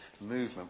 movement